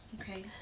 Okay